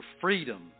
freedom